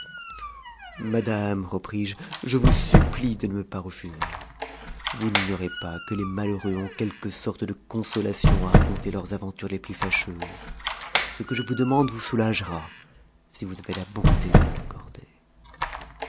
madame repris-je je vous supplie de ne me pas refuser vous n'igno rez pas que les malheureux ont quelque sorte de consolation à raconter leurs aventures les plus fâcheuses ce que je vous demande vous soulagera si vous avez la bonté de me l'accorder